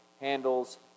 Handles